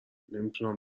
نمیتونم